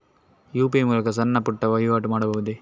UPI ಮೂಲಕ ಸಣ್ಣ ಪುಟ್ಟ ವಹಿವಾಟು ಮಾಡಬಹುದೇ?